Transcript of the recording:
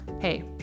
Hey